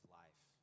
life